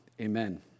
Amen